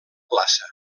plaça